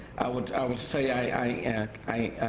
i would i would say i i